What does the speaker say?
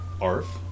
Arf